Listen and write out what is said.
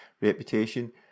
reputation